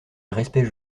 respect